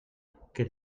que